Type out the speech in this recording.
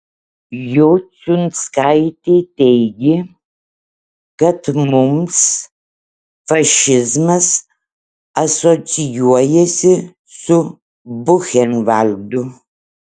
jociunskaitė teigė kad mums fašizmas asocijuojasi su buchenvaldu